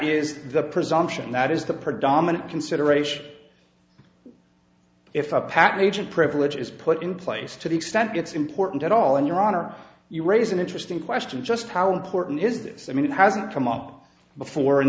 is the presumption that is the predominant consideration if a patent agent privilege is put in place to the extent it's important at all and your honor you raise an interesting question just how important is this i mean it hasn't come up before in